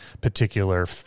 particular